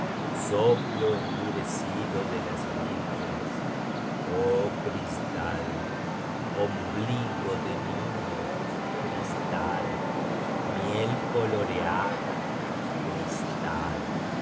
soplo endurecido de jas rírgmies oh cristal ombligo de niño cristal miel coloreada cristal